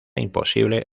imposible